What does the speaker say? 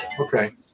Okay